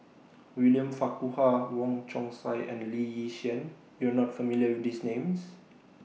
William Farquhar Wong Chong Sai and Lee Yi Shyan YOU Are not familiar with These Names